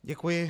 Děkuji.